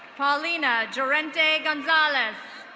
paulina durante gonzalez.